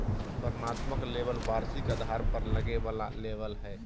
वर्णनात्मक लेबल वार्षिक आधार पर लगे वाला लेबल हइ